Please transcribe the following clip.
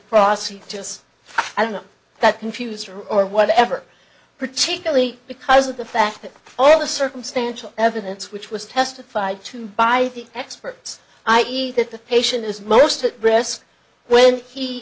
prosecutor's i don't know that confused or whatever particularly because of the fact that all the circumstantial evidence which was testified to by the experts i e that the patient is most at rest when he